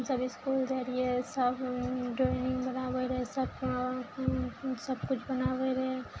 जब इसकुल जाइ रहियइ सब ड्रॉइंग बनाबय रहय सब सबकिछु बनाबय रहय